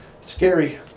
scary